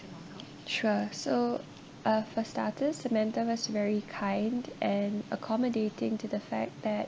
sure so uh for starters samantha was very kind and accommodating to the fact that